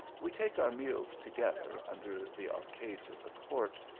we take our meals together under the arcades of the court,